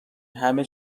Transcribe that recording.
همه